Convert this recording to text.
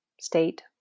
state